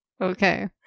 Okay